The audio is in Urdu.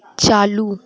چالو